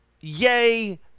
yay